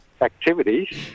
activities